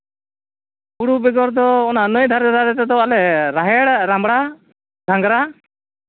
ᱦᱩᱲᱩ ᱵᱮᱜᱚᱨ ᱫᱚ ᱚᱱᱟ ᱱᱟᱹᱭ ᱫᱷᱟᱨᱮ ᱫᱷᱟᱨᱮ ᱛᱮᱫᱚ ᱨᱟᱦᱮᱲ ᱨᱟᱢᱲᱟ ᱜᱷᱟᱸᱜᱽᱨᱟ